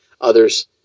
others